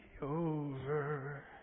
over